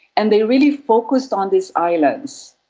and they really focused on these islands.